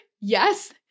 yes